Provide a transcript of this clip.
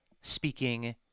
speaking